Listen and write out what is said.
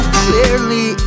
clearly